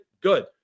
good